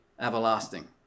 everlasting